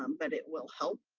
um but it will help.